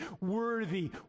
worthy